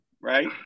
right